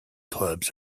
clubs